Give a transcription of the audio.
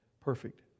perfect